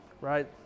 right